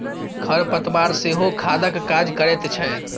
खर पतवार सेहो खादक काज करैत छै